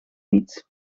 niet